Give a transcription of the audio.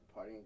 partying